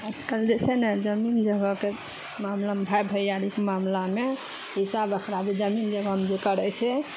आइकाल्हि जे छै ने जमीन जगहके मामलामे भाइ भैयारीके मामलामे हिस्सा बखरा जे जमीन जगहमे जे करै छै